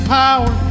power